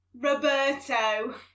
Roberto